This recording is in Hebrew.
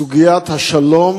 סוגיית השלום